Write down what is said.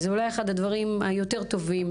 זה אולי אחד הדברים היותר טובים.